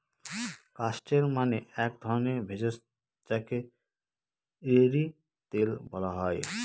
castor মানে এক ধরণের ভেষজ যাকে রেড়ি তেল বলা হয়